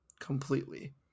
Completely